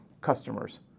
customers